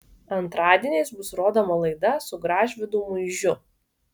antradieniais bus rodoma laida su gražvydu muižiu